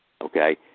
okay